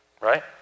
Right